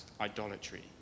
idolatry